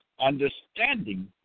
Understanding